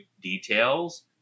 details